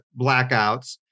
blackouts